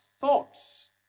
thoughts